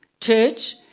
church